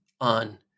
on